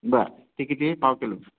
बरं ती किती पाव किलो